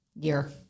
year